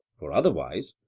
for otherwise,